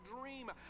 dream